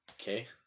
Okay